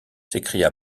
s’écria